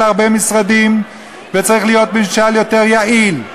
הרבה משרדים וצריך להיות ממשל יותר יעיל,